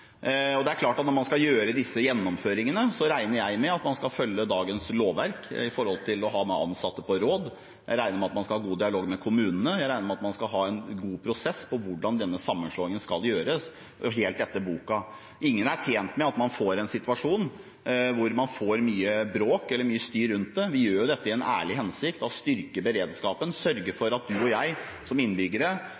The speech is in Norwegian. Og det er klart at når man skal gjennomføre dette, regner jeg med at man skal følge dagens lovverk med hensyn til å ha med ansatte på råd, jeg regner med at man skal ha god dialog med kommunene, jeg regner med at man skal ha en god prosess på hvordan denne sammenslåingen skal gjøres helt etter boka. Ingen er tjent med at man får en situasjon hvor man får mye bråk eller mye styr rundt det. Vi gjør jo dette i en ærlig hensikt, å styrke beredskapen, sørge for at du og jeg som innbyggere